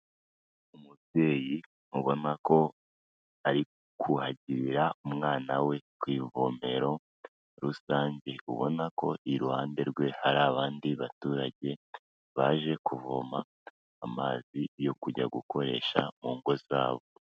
Umubyeyi ubona ko ari kuhagirira umwana we ku ivomero rusange, ubona ko iruhande rwe hari abandi baturage, baje kuvoma amazi yo kujya gukoresha mu ngo zabo.